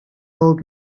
old